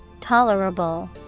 Tolerable